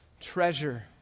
treasure